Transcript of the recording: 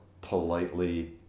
politely